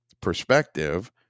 perspective